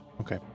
Okay